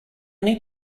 need